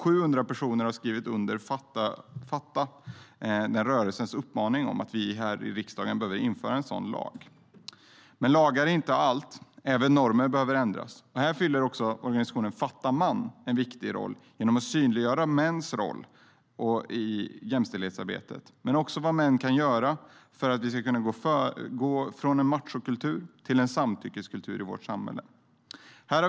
70 000 personer har skrivit under en uppmaning från rörelsen Fatta om att vi här i riksdagen behöver införa en sådan lag. Men lagar är inte allt. Även normer behöver ändras. Här fyller också organisationen Fatta Man en viktig roll genom att synliggöra mäns roll i jämställdhetsarbetet men också vad män kan göra för att vi ska kunna gå från en machokultur till en samtyckeskultur i vårt samhälle.